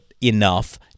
enough